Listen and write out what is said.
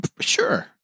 Sure